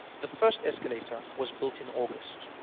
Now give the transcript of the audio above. the first escalator was built in august.